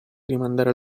rimandare